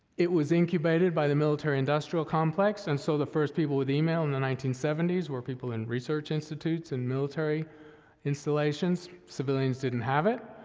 it was incubated by the military industrial complex, and so the first people with email in the nineteen seventy s were people in research institutes and military installations. civilians didn't have it.